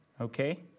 okay